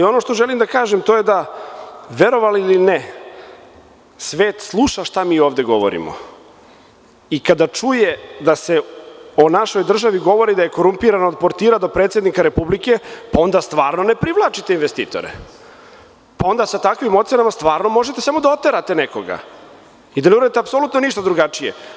Ono što želim da kažem, verovali ili ne, svet sluša šta mi ovde govorimo i kada čuje da se o našoj državi govori da je korumpirana od portira do predsednika Republike, onda stvarno ne privlačite investitore, onda sa takvim ocenama stvarno možete da oterate nekog i da ne uradite apsolutno ništa drugačije.